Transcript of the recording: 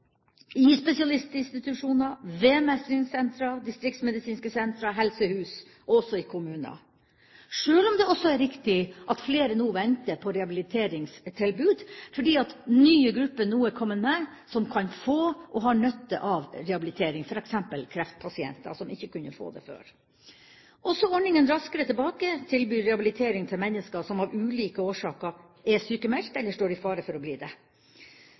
spesialistinstitusjoner, ved mestringssentre, distriktsmedisinske sentre, helsehus og også i kommuner, sjøl om det også er riktig at flere nå venter på rehabiliteringstilbud fordi nye grupper nå er kommet med som kan få og ha nytte av rehabilitering, f.eks. kreftpasienter som ikke kunne få det før. Også ordningen Raskere tilbake tilbyr rehabilitering til mennesker som av ulike årsaker er sykmeldt, eller står i fare for å bli det.